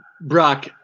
Brock